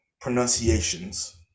pronunciations